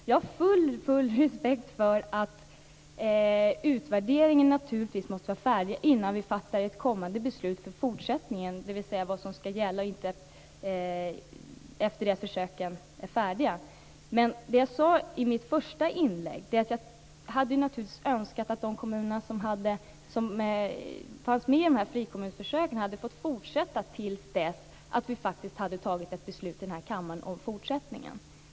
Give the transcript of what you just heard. Jag har full respekt för att utvärderingen måste vara färdig innan vi fattar ett beslut om fortsättningen, dvs. om vad som skall gälla efter det att försöken är färdiga. Men det jag sade i mitt första inlägg var att jag hade önskat att de kommuner som fanns med i frikommunsförsöken hade fått fortsätta till dess att vi hade tagit ett beslut i denna kammare om fortsättningen.